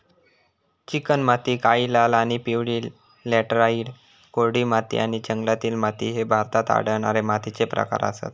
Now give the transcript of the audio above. चिकणमाती, काळी, लाल आणि पिवळी लॅटराइट, कोरडी माती आणि जंगलातील माती ह्ये भारतात आढळणारे मातीचे प्रकार आसत